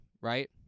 right